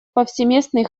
повсеместный